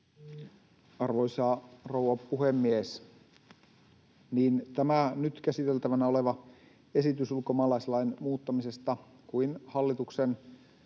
Arvoisa rouva puhemies! Niin tämä nyt käsiteltävänä oleva esitys ulkomaalaislain muuttamisesta kuin hallituksen